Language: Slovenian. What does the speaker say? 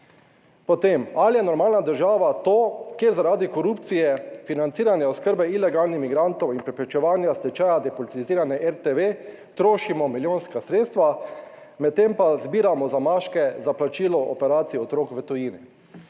Potem, ali je normalna država to, kjer zaradi korupcije financiranja oskrbe ilegalnih migrantov in preprečevanja stečaja depolitizirane RTV trošimo milijonska sredstva, medtem pa zbiramo zamaške za plačilo operacij otrok v tujini?